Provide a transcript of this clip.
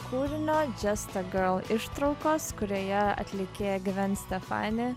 kūrinio just a girl ištraukos kurioje atlikėja gven stefani